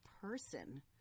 person